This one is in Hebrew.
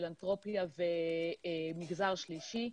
פילנתרופיה ומגזר שלישי.